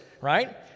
right